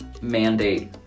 mandate